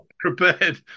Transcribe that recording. prepared